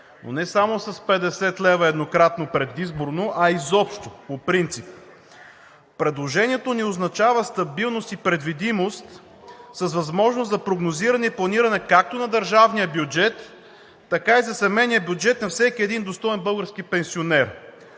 но не само с 50 лв. еднократно, предизборно, а изобщо по принцип. Предложението ни означава стабилност и предвидимост, с възможност за прогнозиране и планиране както на държавния бюджет, така и за семейния бюджет на всеки достоен български пенсионер,